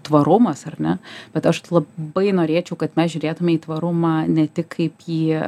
tvarumas ar ne bet aš labai norėčiau kad mes žiūrėtume į tvarumą ne tik kaip į